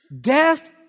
Death